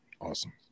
awesome